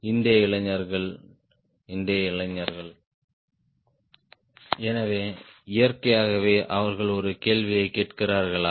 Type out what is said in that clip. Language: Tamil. இன்றைய இளைஞர்கள் இன்றைய இளைஞர்கள் எனவே இயற்கையாகவே அவர்கள் ஒரு கேள்வியைக் கேட்கிறார்களா